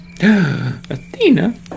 athena